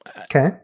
Okay